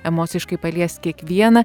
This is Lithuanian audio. emociškai palies kiekvieną